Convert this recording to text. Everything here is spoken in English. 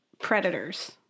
predators